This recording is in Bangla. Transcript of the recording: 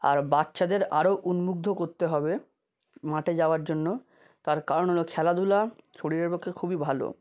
আর বাচ্চাদের আরও উনমুগ্ধ করতে হবে মাঠে যাওয়ার জন্য তার কারণ হলো খেলাধুলা শরীরের পক্ষে খুবই ভালো